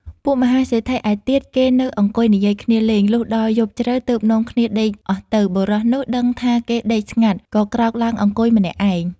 ពួកមហាសេដ្ឋីឯទៀតគេនៅអង្គុយនិយាយគ្នាលេង លុះដល់ យប់ជ្រៅទើបនាំគ្នាដេកអស់ទៅ បុរសនោះដឹងថាគេដេកស្ងាត់ ក៏ក្រោកឡើងអង្គុយ ម្នាក់ឯង ។